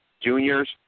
Juniors